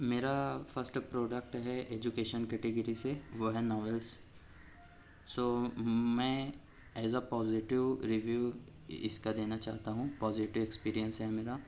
میرا first product ہے education category سے وہ ہے ناولس سو میں ایز ا پازیٹیو ریویو اس کا دینا چاہتا ہوں پازیٹیو ایکسپیریئنس ہے میرا